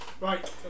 right